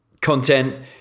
content